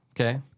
Okay